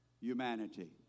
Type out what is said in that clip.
humanity